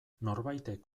norbaitek